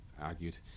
argued